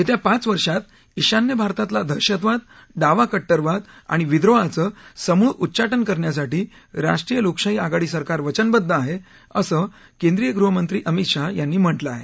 येत्या पाच वर्षात ईशान्य भारतातला दहशतवाद डावा कट्टरवाद आणि विद्रोहाचं समूळ उच्चाटन करण्यासाठी राष्ट्रीय लोकशाही आघाडी सरकार वचनबद्ध आहे असं केंद्रीय गृहमंत्री अमित शाह यांनी म्हटलं आहे